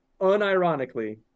unironically